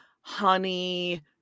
honey